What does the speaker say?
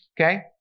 okay